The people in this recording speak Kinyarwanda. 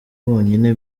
bonyine